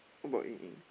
what about Ying Ying